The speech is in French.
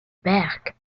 berck